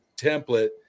template